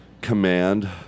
command